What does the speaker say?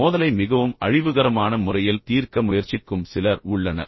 மோதலை மிகவும் அழிவுகரமான முறையில் தீர்க்க முயற்சிக்கும் சிலர் உள்ளனர்